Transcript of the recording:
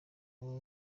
wowe